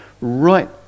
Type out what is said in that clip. right